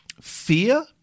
Fear